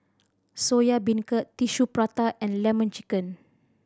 Soya Beancurd Tissue Prata and Lemon Chicken